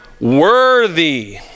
worthy